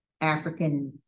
African